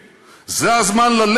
זה הזמן לעשות את הוויתורים,